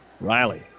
Riley